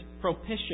propitious